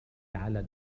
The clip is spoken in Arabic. على